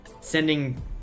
sending